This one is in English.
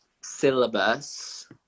Syllabus